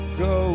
go